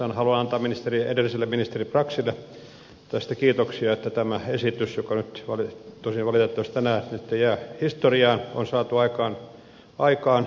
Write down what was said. haluan antaa edelliselle ministerille braxille tästä kiitoksia että tämä esitys joka nyt tosin valitettavasti tänään jää historiaan on saatu aikaan aikanaan